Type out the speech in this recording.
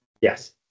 Yes